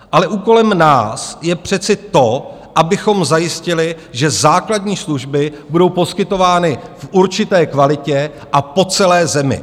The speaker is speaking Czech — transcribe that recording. Ale úkolem nás je přece to, abychom zajistili, že základní služby budou poskytovány v určité kvalitě a po celé zemi.